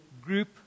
group